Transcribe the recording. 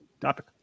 topic